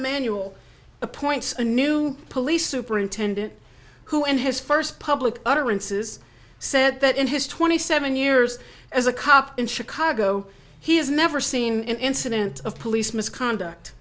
emanuel appoints a new police superintendent who in his first public utterances said that in his twenty seven years as a cop in chicago he has never seen an incident of police misconduct